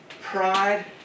pride